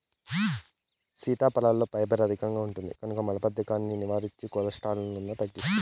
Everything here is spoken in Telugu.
సీతాఫలంలో ఫైబర్ అధికంగా ఉంటుంది కనుక మలబద్ధకాన్ని నివారిస్తుంది, కొలెస్ట్రాల్ను తగ్గిస్తుంది